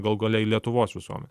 galų gale į lietuvos visuomenę